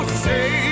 say